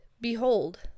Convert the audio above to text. Behold